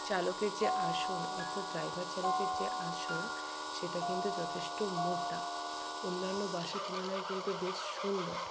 চালকের যে আসন অর্থাৎ ড্রাইভার চালকের যে আসন সেটা কিন্তু যথেষ্ট মোটা অন্যান্য বাসের তুলনায় কিন্তু বেশ সুন্দর